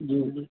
جی